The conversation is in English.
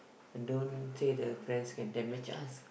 don't say the friends can damage us